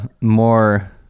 more